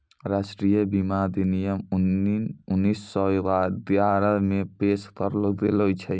राष्ट्रीय बीमा अधिनियम उन्नीस सौ ग्यारहे मे पेश करलो गेलो छलै